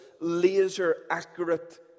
laser-accurate